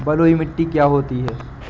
बलुइ मिट्टी क्या होती हैं?